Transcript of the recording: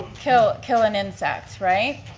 kill, kill an insect, right?